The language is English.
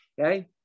Okay